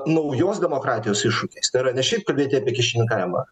naujos demokratijos iššūkiais tai yra ne šiaip kalbėti apie kyšininkavimą